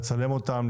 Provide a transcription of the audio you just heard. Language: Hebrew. לצלם אותם,